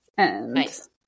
Nice